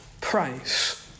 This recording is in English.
price